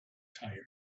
tired